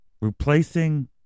Replacing